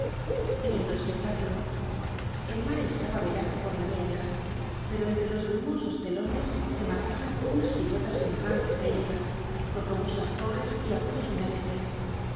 lindo espectáculo el mar estaba velado por la piebla pero entre los brumosos telones se marcaban unas siluetas semejantes á islas con robustas torres y agudos